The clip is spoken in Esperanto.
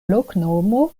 loknomo